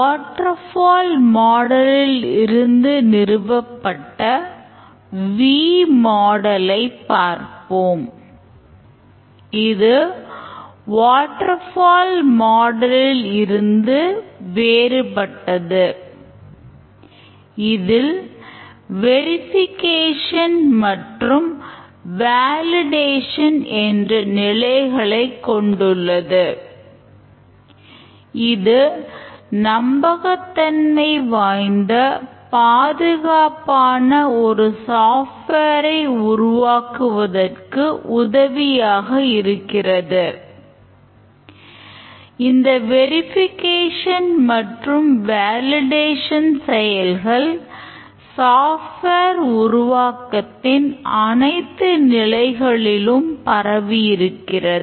water fall மாடலில் உருவாக்கத்தின் அனைத்து நிலைகளிலும் பரவியிருக்கிறது